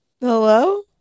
Hello